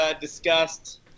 discussed